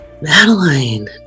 Madeline